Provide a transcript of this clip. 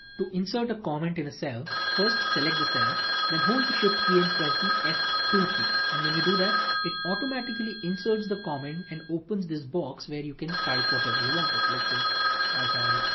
to insert a comment in a cell, first select the cell, then hold the shift key and press the f two key. and when you do that it automatically inserts the comment and opens this box where you can type whatever you want to. so let's say i type,